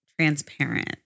transparent